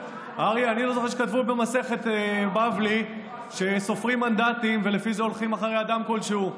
שכתבו במסכת בבבלי שסופרים מנדטים ולפי זה הולכים אחרי אדם כלשהו.